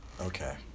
Okay